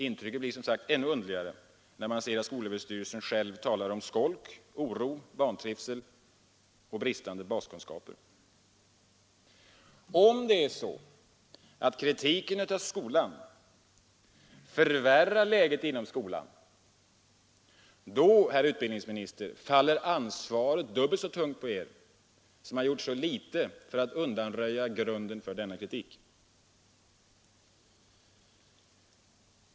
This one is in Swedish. Intrycket blir som sagt ännu underligare när man ser att skolöverstyrelsen själv talar om ”skolk, oro och vantrivsel, bristande baskunskaper”. Om det är så att kritiken av skolan förvärrar läget inom denna då, herr utbildningsminister, faller ansvaret dubbelt så tungt på Er, som har gjort så litet för att undanröja grunden för denna kritik.